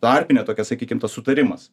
tarpinė tokia sakykim tas sutarimas